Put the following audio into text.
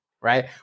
right